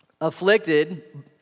Afflicted